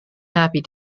happy